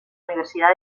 universidad